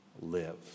live